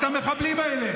את המחבלים האלה.